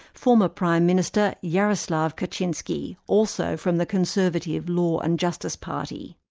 former prime minister jaroslaw kaczynski, also from the conservative law and justice party.